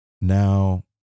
now